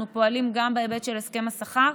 ואנחנו פועלים גם בהיבט של הסכם השכר.